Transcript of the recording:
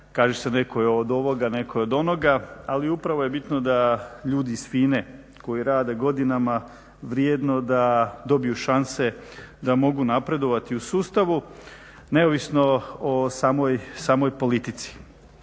Kaže se netko je od ovoga, netko je od onoga ali upravo je bitno da ljudi iz FINA-e koji rade godinama vrijedno da dobiju šanse da mogu napredovati u sustavu neovisno o samoj politici.